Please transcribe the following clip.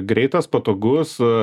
greitas patogus